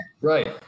right